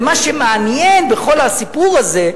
ומה שמעניין בכל הסיפור הזה,